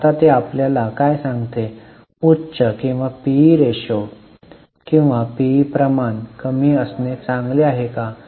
आता ते आपल्याला काय सांगते उच्च किंवा पीई गुणोत्तर किंवा पीई प्रमाण कमी असणे चांगले आहे काय